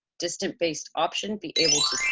distant based option be able